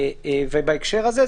בהקשר הזה,